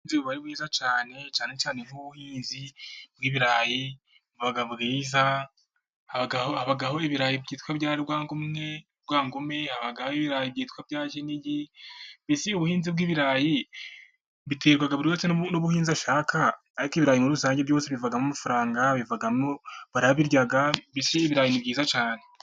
Ubuhinzi buba ari bwiza cyane, cyane cyane nkubuhinzi bw'ibirayi, buba bwiza, hababo ibirayi byitwa Rwangumwe, Rwangume, habaho ibirayi byitwa bya Kinigi, mbese ubuhinzi bw'ibirayi, biterwa buri wese n'ubuhinzi ashaka, ariko ibirayi muri rusange byose bivamo amafaranga, bivamo, barabirya, ibirayi ni byiza cyane.